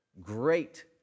great